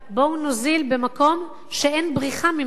בואו נוזיל במקום שאין בריחה ממנו,